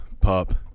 pup